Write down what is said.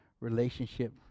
relationship